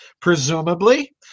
Presumably